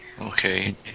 Okay